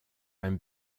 einem